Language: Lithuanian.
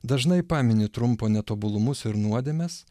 dažnai pamini trumpo netobulumus ir nuodėmes